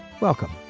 welcome